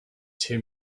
too